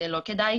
זה לא כדאי.